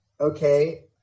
okay